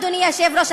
אדוני היושב-ראש,